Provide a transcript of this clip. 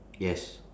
yes